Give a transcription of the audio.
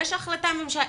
יש החלטת ממשלה,